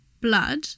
blood